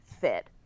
fit